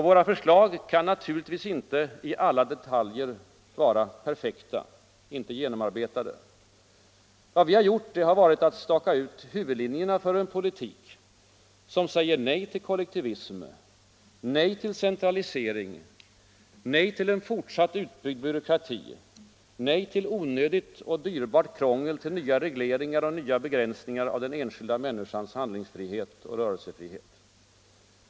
Våra förslag kan naturligtvis inte i alla sina detaljer vara perfekta och genomarbetade. Men vi har stakat ut huvudlinjerna för en politik som säger nej till kollektivism, nej till centralisering, nej till en fortsatt utbyggd byråkrati, nej till onödigt och dyrbart krångel, till nya regleringar och nya begränsningar av den enskilda människans handlingsfrihet och rörelsefrihet.